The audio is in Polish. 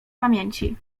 pamięci